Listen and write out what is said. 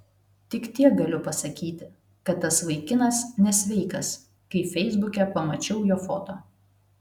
tik tiek galiu pasakyti kad tas vaikinas nesveikas kai feisbuke pamačiau jo foto